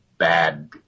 bad